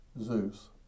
Zeus